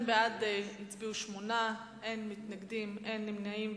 ובכן, בעד הצביעו שמונה, אין מתנגדים, אין נמנעים.